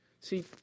See